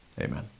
Amen